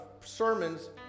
sermons